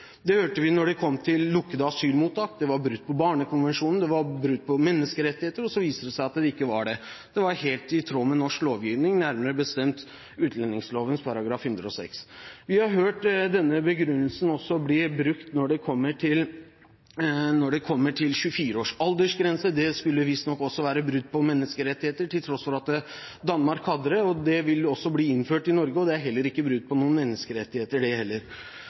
Det hørte vi om lukkede asylmottak – det var brudd på Barnekonvensjonen, det var brudd på menneskerettigheter. Og så viser det seg at det ikke var det – det var helt i tråd med norsk lovgivning, nærmere bestemt utlendingsloven § 106. Vi har hørt denne begrunnelsen bli brukt også om aldersgrense på 24 år. Det skulle visstnok også være brudd på menneskerettigheter, til tross for at Danmark hadde det, og det vil også bli innført i Norge. Det er heller ikke brudd på menneskerettighetene. Så kommer vi i en situasjon der Den europeiske menneskerettighetsdomstolen gir Frankrike rett med hensyn til det